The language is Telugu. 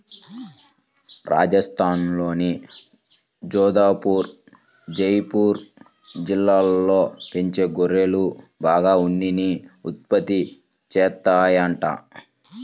రాజస్థాన్లోని జోధపుర్, జైపూర్ జిల్లాల్లో పెంచే గొర్రెలు బాగా ఉన్నిని ఉత్పత్తి చేత్తాయంట